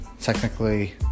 technically